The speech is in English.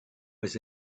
was